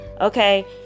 Okay